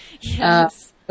Yes